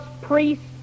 priests